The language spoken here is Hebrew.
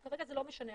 כרגע זה לא משנה.